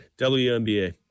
WNBA